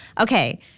okay